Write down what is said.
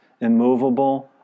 immovable